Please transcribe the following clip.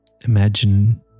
Imagine